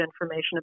information